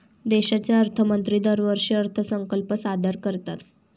देशाचे अर्थमंत्री दरवर्षी अर्थसंकल्प सादर करतात